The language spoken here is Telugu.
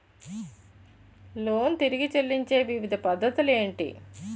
లోన్ తిరిగి చెల్లించే వివిధ పద్ధతులు ఏంటి?